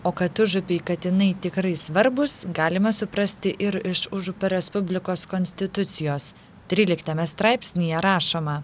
o kad užupiui katinai tikrai svarbūs galima suprasti ir iš užupio respublikos konstitucijos tryliktame straipsnyje rašoma